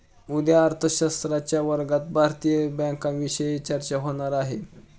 उद्या अर्थशास्त्राच्या वर्गात भारतीय बँकांविषयी चर्चा होणार आहे